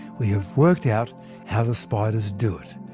we have worked out how the spiders do it.